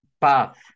path